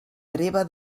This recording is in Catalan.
hereva